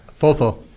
Fofo